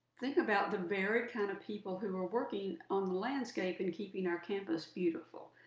think about the very kind of people who are working on the landscape and keeping our campus beautiful.